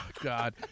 God